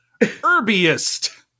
Herbiest